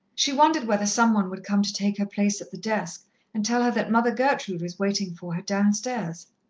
she wondered whether some one would come to take her place at the desk and tell her that mother gertrude was waiting for her downstairs.